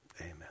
Amen